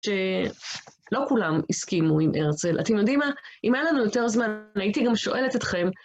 שלא כולם הסכימו עם הרצל. אתם יודעים מה? אם היה לנו יותר זמן, הייתי גם שואלת אתכם,